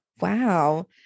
Wow